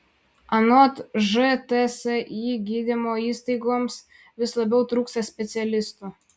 anot žtsi gydymo įstaigoms vis labiau trūksta specialistų